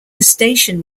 station